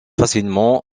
facilement